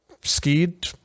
skied